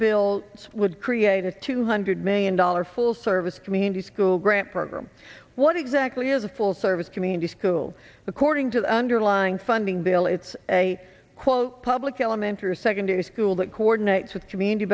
bill would create a two hundred million dollar full service community school grant program what exactly is a full service community school according to the underlying funding bill it's a quote public elementary secondary school that coordinates with community